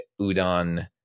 udon